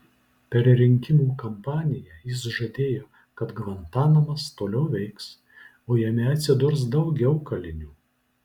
per rinkimų kampaniją jis žadėjo kad gvantanamas toliau veiks o jame atsidurs daugiau kalinių